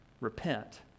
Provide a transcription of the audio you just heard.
Repent